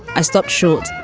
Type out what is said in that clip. i stopped short,